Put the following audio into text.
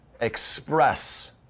express